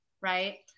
right